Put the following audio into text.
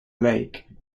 lake